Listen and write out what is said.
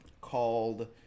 called